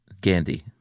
Gandhi